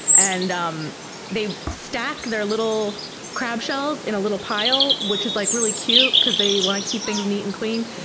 and um they stack their little crab shells in a little pile which is like really cute because they want to keep things neat and clean,